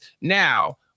now